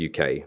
UK